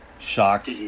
shocked